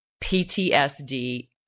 PTSD